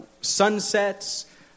sunsets